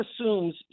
assumes